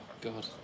God